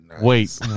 Wait